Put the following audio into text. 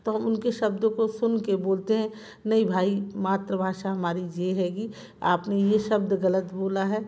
तो उनके शब्दों को सुनके बोलते हैं नहीं भाई मातृभाषा हमारी ये हैगी आपने ये शब्द गलत बोला है